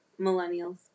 millennials